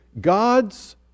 God's